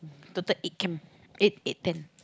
total eight camp eight eight temp